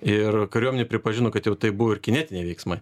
ir kariuomenė pripažino kad jau tai buvo ir kinetiniai veiksmai